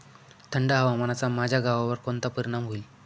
थंड हवामानाचा माझ्या गव्हावर कोणता परिणाम होईल?